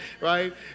right